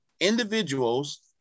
individuals